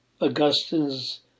Augustine's